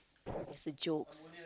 it's a joke